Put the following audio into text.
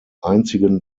einzigen